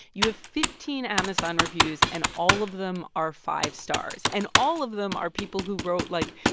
you have fifteen amazon reviews, and all of them are five stars. and all of them are people who wrote, like,